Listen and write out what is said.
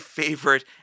favorite